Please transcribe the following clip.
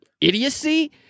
idiocy